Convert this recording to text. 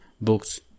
books